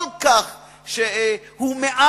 שהוא כל כך מעל